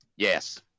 Yes